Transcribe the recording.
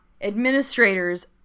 administrators